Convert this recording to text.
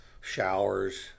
showers